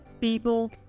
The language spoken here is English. people